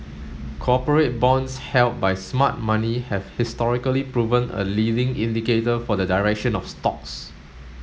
corporate bonds held by smart money have historically proven a leading indicator for the direction of stocks